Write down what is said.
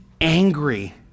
angry